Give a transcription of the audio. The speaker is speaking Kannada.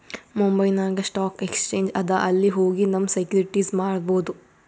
ಮುಂಬೈನಾಗ್ ಸ್ಟಾಕ್ ಎಕ್ಸ್ಚೇಂಜ್ ಅದಾ ಅಲ್ಲಿ ಹೋಗಿ ನಮ್ ಸೆಕ್ಯೂರಿಟಿಸ್ ಮಾರ್ಬೊದ್